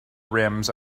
rims